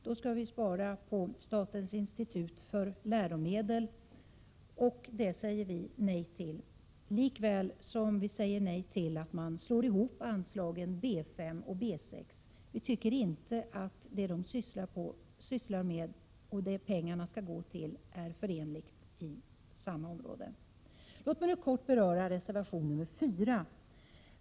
Det skall sparas på statens institut för läromedel. Det säger vi nej till, likaväl som vi säger nej till att slå ihop anslagen B5 och B6. Vi tycker inte att det statens institut för läromedel gör och det pengarna skall gå till hör till samma områden. Låt mig nu kort beröra reservation 4.